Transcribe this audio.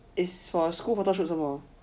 is for school photo shoot some more